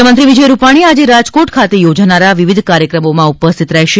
મુખ્યમંત્રી વિજય રૂપાણી આજે રાજકોટ ખાતે યોજાનારા વિવિધ કાર્યક્રમોમાં ઉપસ્થિત રહેશે